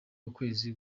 ukwezi